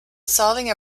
solving